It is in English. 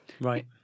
Right